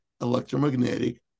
electromagnetic